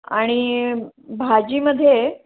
आणि भाजीमध्ये